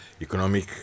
economic